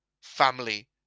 family